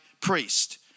priest